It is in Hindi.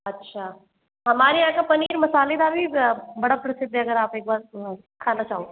अच्छा हमारे यहाँ का पनीर मसालेदार भी बड़ा प्रसिद्ध है अगर आप एक बार खाना चाहो